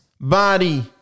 body